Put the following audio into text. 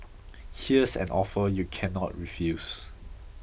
here's an offer you cannot refuse